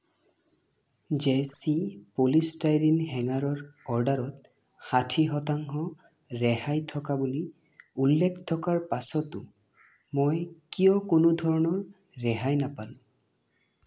জেয়চী polystyrene হেঙাৰৰ অৰ্ডাৰত ষাঠি শতাংশ ৰেহাই থকা বুলি উল্লেখ থকাৰ পাছতো মই কিয় কোনোধৰণৰ ৰেহাই নাপালোঁ